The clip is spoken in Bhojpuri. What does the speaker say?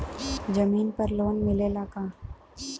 जमीन पर लोन मिलेला का?